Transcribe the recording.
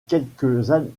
quelques